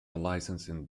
licensing